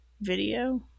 video